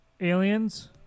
Aliens